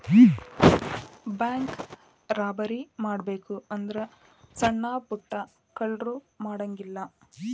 bank robbery ಮಾಡ್ಬೆಕು ಅಂದ್ರ ಸಣ್ಣಾ ಪುಟ್ಟಾ ಕಳ್ರು ಮಾಡಂಗಿಲ್ಲಾ